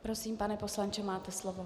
Prosím, pane poslanče, máte slovo.